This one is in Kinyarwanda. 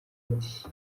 ati